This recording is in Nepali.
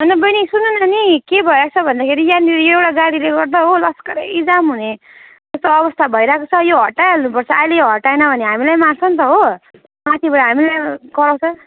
होइन बहिनी सुन्नुन नि के भइरहेको भन्दाखेरि यहाँनिर एउटा गाडीले गर्दा हो लस्करै जाम हुने यस्तो अवस्था भइरहेको छ यो हटाइहाल्नुपर्छ अहिले यो हटाएन भने हामीलाई मार्छ नि त हो माथिबाट हामीलाई कराउँछ